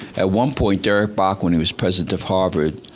at one point derek box, when he was president of harvard,